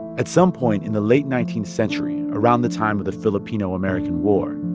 at some point in the late nineteenth century, around the time of the filipino-american war,